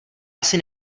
asi